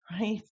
right